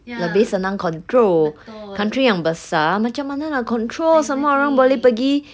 lebih senang control country yang besar macam mana nak control semua orang boleh pergi